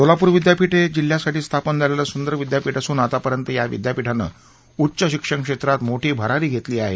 सोलापूर विद्यापीठ हे एका जिल्ह्यासाठी स्थापन झालेले सुंदर विद्यापीठ असून आतापर्यंत या विद्यापीठाने उच्च शिक्षण क्षेत्रात मोठी भरारी घेतली आहे